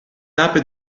tappe